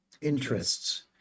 interests